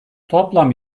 toplam